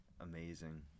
amazing